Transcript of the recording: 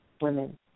women